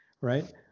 right